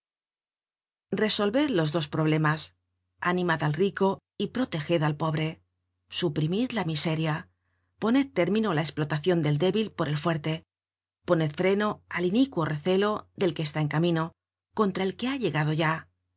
resolved los dos problemas animad al rico y proteged al pobre suprimid la miseria poned término á la esplotacion del débil por el fuerte poned freno al inicuo recelo del que está en camino contra el que ha llegado ya